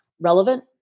relevant